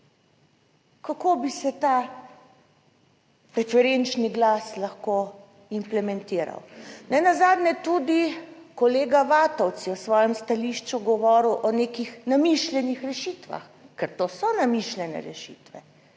kako bi se ta preferenčni glas lahko implementiral. Nenazadnje tudi kolega Vatovec je v svojem stališču govoril o nekih namišljenih rešitvah, ker to so namišljene rešitve